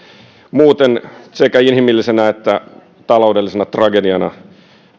muuten sekä inhimillisenä että taloudellisena tragediana